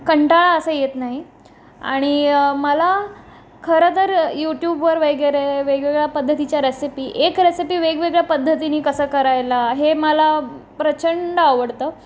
कंटाळा असं येत नाही आणि मला खरंतर यूट्यूबवर वेगेरे वेगवेगळ्या पद्धतीच्या रेसिपी एक रेसिपी वेगवेगळ्या पद्धतीनी कसं करायला हे मला प्रचंड आवडतं